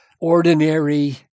ordinary